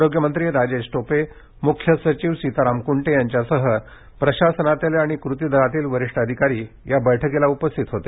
आरोग्यमंत्री राजेश टोपे मुख्य सचिव सीताराम कुंटे यांच्यासह प्रशासनातील आणि कुती दलातील वरिष्ठ अधिकारी या बैठकीला उपस्थित होते